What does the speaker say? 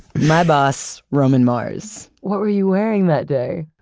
my boss, roman mars what were you wearing that day?